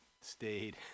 Stayed